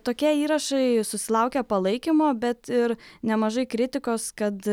tokie įrašai susilaukia palaikymo bet ir nemažai kritikos kad